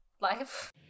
life